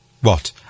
What